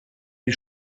die